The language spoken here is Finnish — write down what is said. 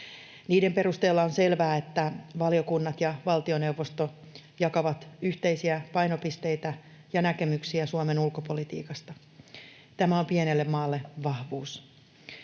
Niiden perusteella on selvää, että valiokunnat ja valtioneuvosto jakavat yhteisiä painopisteitä ja näkemyksiä Suomen ulkopolitiikasta. Tämä on pienelle maalle vahvuus.